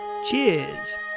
Cheers